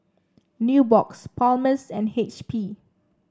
Nubox Palmer's and H P